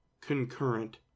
concurrent